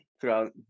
throughout